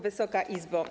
Wysoka Izbo!